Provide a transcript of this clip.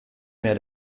mehr